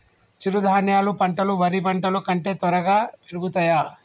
చిరుధాన్యాలు పంటలు వరి పంటలు కంటే త్వరగా పెరుగుతయా?